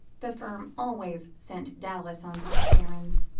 the firm always sent dallas on such errands.